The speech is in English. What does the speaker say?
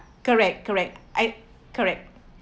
correct correct I correct